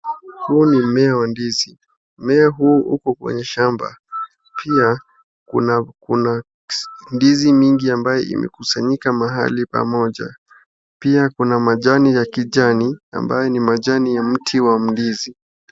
Huu ni mmea wa ndizi, mmea huu uko kwenye shamba ,pia kuna ndizi nyingi ambayo imekusanyika mahali pamoja, pia kuna majani ya kijani ambayo ni majani ya mti wa mndizi.